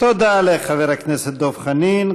תודה לחבר הכנסת דב חנין.